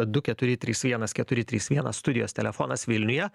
du keturi trys vienas keturi trys vienas studijos telefonas vilniuje